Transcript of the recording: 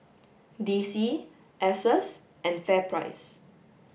D C Asos and FairPrice